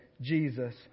Jesus